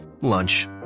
Lunch